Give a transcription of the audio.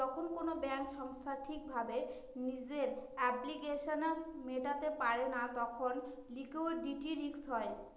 যখন কোনো ব্যাঙ্ক সংস্থা ঠিক ভাবে নিজের অব্লিগেশনস মেটাতে পারে না তখন লিকুইডিটি রিস্ক হয়